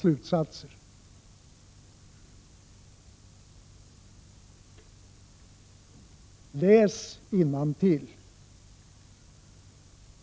Läs innantill!